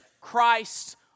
Christ